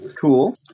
Cool